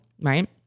right